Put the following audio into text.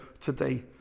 today